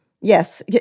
yes